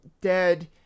dead